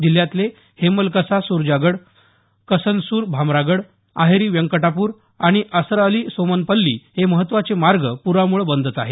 जिल्ह्यातले हेमलकसा सुरजागड कसनसूर भामरागड अहेरी व्यंकटापूर आणि असरअली सोमनपल्ली हे महत्वाचे मार्ग प्रामुळे बंदच आहेत